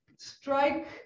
strike